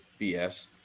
BS